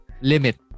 limit